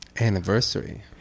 Anniversary